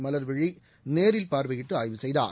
மலர்விழி நேரில் பார்வையிட்டு ஆய்வு செய்தார்